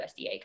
USDA